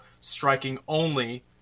striking-only